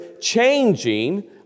changing